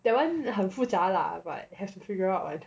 that one 很复杂 lah but have to figure out [what]